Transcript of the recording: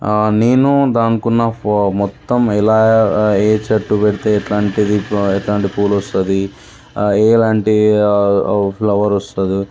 నేను దానికున్న ఫ మొత్తం ఎలా ఏ చెట్టు పెడితే ఎట్లాంటిది ఎట్లాంటి పూలు వస్తుంది ఏలాంటి ఫ్లవర్ వస్తుంది